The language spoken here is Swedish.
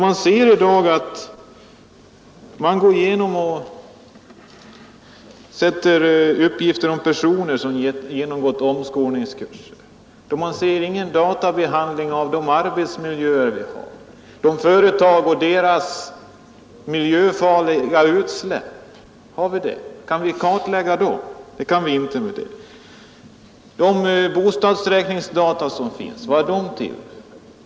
I dag lagras t.ex. informationer om personer som genomgått omskolningskurser. Men förekommer det någon databehandling av arbetsmiljöer, om företags miljöfarliga utsläpp? Kan vi kartlägga dem? Det kan vi inte. Vad skall de bostadsräkningsdata som finns användas till?